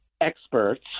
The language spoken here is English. experts